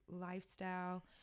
lifestyle